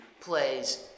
Plays